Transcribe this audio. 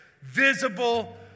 visible